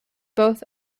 both